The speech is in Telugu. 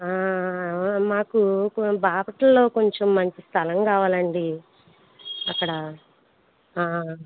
మాకు బాపట్లలో కొంచెం మంచి స్థలం కావాలండి అక్కడ